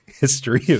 history